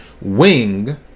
Wing